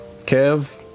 Kev